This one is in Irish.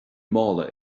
mála